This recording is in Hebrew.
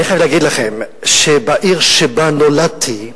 אני חייב להגיד לכם שבעיר שבה נולדתי,